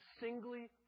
singly